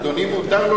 אדוני מותר לו